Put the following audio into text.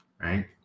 Right